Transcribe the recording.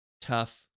tough